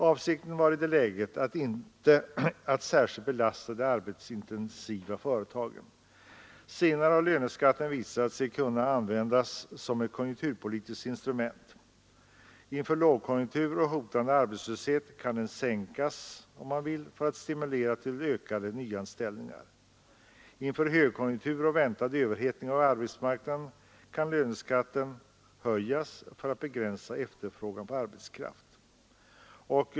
Avsikten var i det läget inte att särskilt belasta de arbetskraftsintensiva företagen. Senare har löneskatten visat sig kunna användas som ett konjunkturpolitiskt instrument. Inför lågkonjunktur och hotande arbetslöshet kan den sänkas för att stimulera till ökade nyanställningar. Inför högkonjunktur och väntad överhettning av arbetsmarknaden kan löneskatten höjas för att begränsa efterfrågan på arbetskraft.